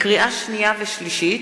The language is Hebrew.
לקריאה שנייה ולקריאה שלישית: